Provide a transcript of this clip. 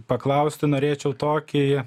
paklausti norėčiau tokį